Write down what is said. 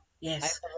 Yes